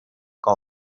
gold